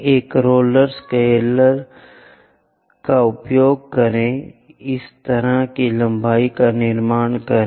एक roller scaler का उपयोग करें इस तरह की लंबाई का निर्माण करें